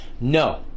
No